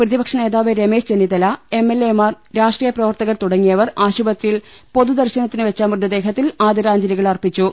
പ്രതിപക്ഷനേ താവ് Ramesh Chennithala MLA മാർ രാഷ്ട്രീയ പ്രവർത്ത കർ തുടങ്ങിയവർ ആശുപത്രിയിൽ പ്പൊതുദർശ്നത്തിന് വെച്ച മൃതദേഹത്തിൽ ആദരാഞ്ജലികൾ അർപ്പിച്ചു